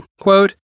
quote